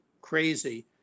crazy